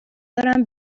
دارم